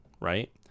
right